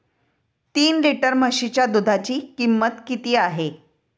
तीन लिटर म्हशीच्या दुधाची किंमत किती आहे?